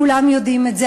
כולם יודעים את זה.